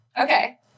Okay